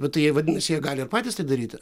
bet tai jie vadinasi jie gali ir patys tai daryti